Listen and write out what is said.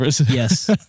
yes